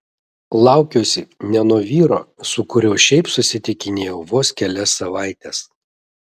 laukiuosi ne nuo vyro su kuriuo šiaip susitikinėjau vos kelias savaites